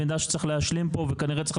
מידע שצריך להשלים פה וכנראה שצריך